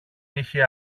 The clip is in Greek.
είχε